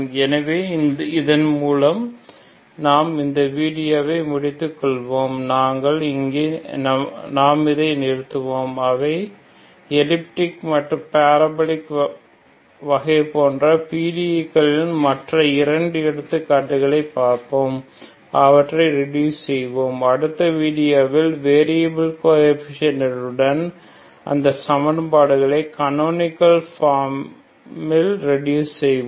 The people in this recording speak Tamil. எனவே இதன் மூலம் நாம் வீடியோவை முடிதுகொள்வோம் நாங்கள் இங்கே நிறுத்துவோம் அவை எளிப்டிக் மற்றும் பரபோலிக் வகை போன்ற PDE களின் மற்ற இரண்டு எடுத்துக்காட்டுகளைப் பார்ப்போம் அவற்றைக் ரெடுஸ் செய்வோம் அடுத்த வீடியோவில் வெரியபில் கோஎபிஷியன்ட்களுடன் அந்த சமன்பாடுகளை கனோனிகள் ஃபார்மில் ரெடுஸ் செய்வோம்